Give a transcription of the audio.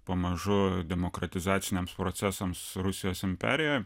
pamažu demokratizaciniams procesams rusijos imperijoje